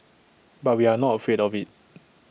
but we are not afraid of IT